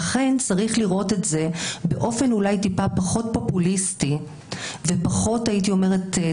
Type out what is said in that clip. לכן צריך לראות את זה באופן אולי טיפה פחות פופוליסטי ופחות צהוב